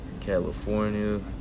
California